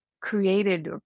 created